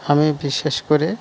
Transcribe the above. আমি বিশেষ করে